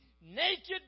Naked